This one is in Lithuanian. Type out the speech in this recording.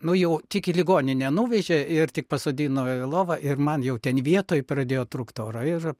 nu jau tik į ligoninę nuvežė ir tik pasodino į lovą ir man jau ten vietoj pradėjo trūkt oro ir